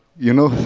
you know,